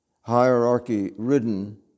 hierarchy-ridden